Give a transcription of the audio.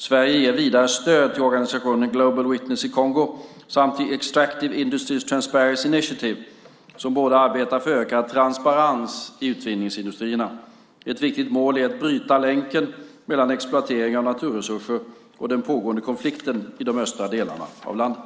Sverige ger vidare stöd till organisationen Global Witness i Kongo, samt till Extractive Industries Transparency Initiative, EITI, som båda arbetar för ökad transparens i utvinningsindustrierna. Ett viktigt mål är att bryta länken mellan exploatering av naturresurser och den pågående konflikten i de östra delarna av landet.